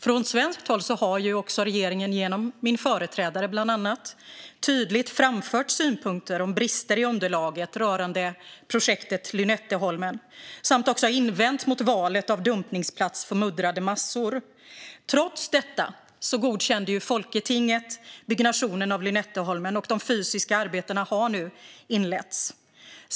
Från svenskt håll har regeringen, bland annat genom min företrädare, tydligt framfört synpunkter om brister i underlaget rörande projektet Lynetteholmen samt invänt mot valet av dumpningsplats för muddrade massor. Trots detta godkände folketinget byggnationen av Lynetteholmen, och de fysiska arbetena har nu inletts.